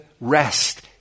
rest